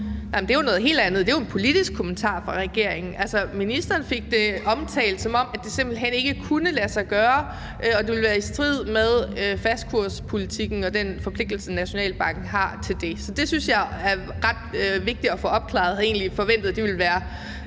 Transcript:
det er jo noget helt andet; det er jo en politisk kommentar fra regeringen. Altså, ministeren fik det omtalt, som om det simpelt hen ikke kunne lade sig gøre og det ville være i strid med fastkurspolitikken og den forpligtelse, Nationalbanken har i forhold til det. Så det synes jeg er ret vigtigt at få opklaret. Jeg havde egentlig forventet, at det ville være